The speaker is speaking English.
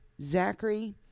Zachary